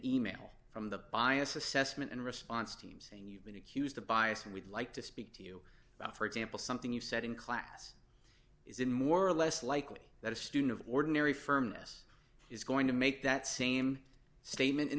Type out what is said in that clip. e mail from the bias assessment and response team saying you've been accused of bias and we'd like to speak to you about for example something you said in class is it more or less likely that a student of ordinary firmness is going to make that same statement in